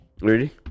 Ready